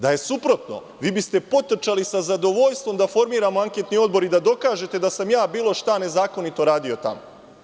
Da je suprotno vi biste potrčali sa zadovoljstvom da formiramo anketni odbor i da dokažete da sam ja bilo šta nezakonito radio tamo.